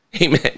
Amen